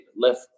left